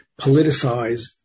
politicized